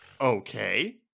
Okay